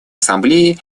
ассамблеи